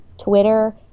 Twitter